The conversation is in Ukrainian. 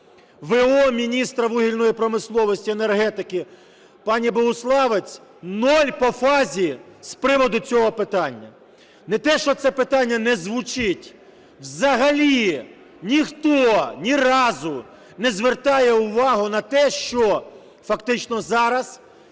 в.о. міністра вугільної промисловості і енергетики пані Богуславець "нуль по фазі" з приводу цього питання. Не те, що це питання не звучить, взагалі ніхто ні разу не звертає уваги на те, що фактично зараз